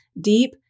deep